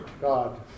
God